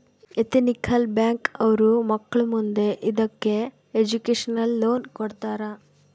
ethical bank ಅವ್ರು ಮಕ್ಳು ಮುಂದೆ ಇದಕ್ಕೆ ಎಜುಕೇಷನ್ ಲೋನ್ ಕೊಡ್ತಾರ